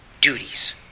duties